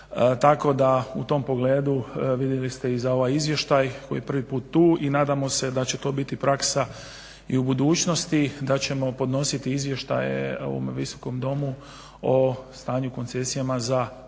tako da u tom pogledu vidjeli ste i za ovaj izvještaj koji je prvi put tu, i nadamo se da će to biti praksa i u budućnosti, da ćemo podnositi izvještaje u ovom Visokom domu o stanju u koncesijama za prethodnu